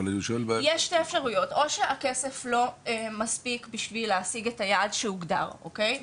יש שתי אפשרויות או שהכסף לא מספיק בשביל להשיג את היעד שהוגדר אוקיי.